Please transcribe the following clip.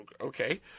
okay